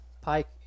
pike